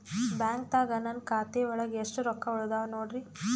ಬ್ಯಾಂಕ್ದಾಗ ನನ್ ಖಾತೆ ಒಳಗೆ ಎಷ್ಟ್ ರೊಕ್ಕ ಉಳದಾವ ನೋಡ್ರಿ?